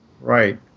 right